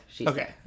Okay